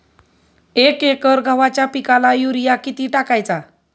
एक एकर गव्हाच्या पिकाला युरिया किती टाकायचा?